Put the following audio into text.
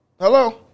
Hello